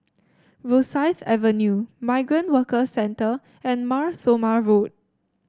Rosyth Avenue Migrant Workers Centre and Mar Thoma Road